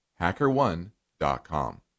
HackerOne.com